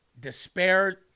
despair